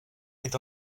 est